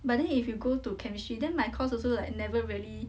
but then if you go to chemistry then my course also like never really